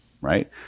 right